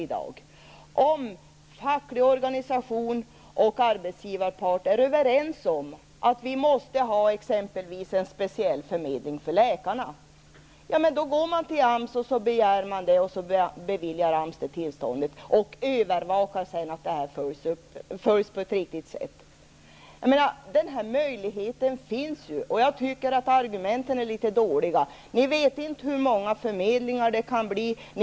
Om den fackliga organisationen och arbetsgivarparten är överens om att vi exempelvis måste ha en speciell förmedling för läkarna, begär man det hos AMS. AMS ger tillstånd och övervakar att det hela fullföljs på ett riktigt sätt. Den möjligheten finns alltså. Jag tycker att argumenten är ganska dåliga. Ni vet ju inte hur många förmedlingar det kan bli fråga om.